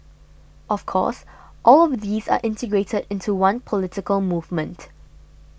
of course all of these are integrated into one political movement